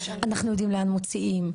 אנחנו יודעים לאן מוציאים.